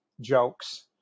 jokes